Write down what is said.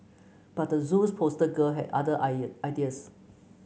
but the Zoo's poster girl had other ideas